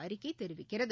அறிக்கை தெரிவிக்கிறது